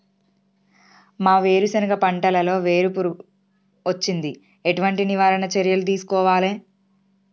మా వేరుశెనగ పంటలలో వేరు పురుగు వచ్చింది? ఎటువంటి నివారణ చర్యలు తీసుకోవాలే?